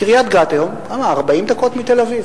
קריית-גת היום, כמה, 40 דקות מתל-אביב?